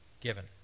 given